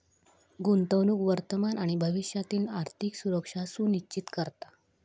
गुंतवणूक वर्तमान आणि भविष्यातील आर्थिक सुरक्षा सुनिश्चित करता